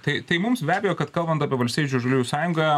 tai tai mums be abejo kad kalbant apie valstiečių ir žaliųjų sąjungą